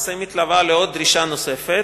למעשה מתלווה לדרישה נוספת.